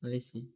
oh I see